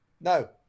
No